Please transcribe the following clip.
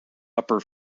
upper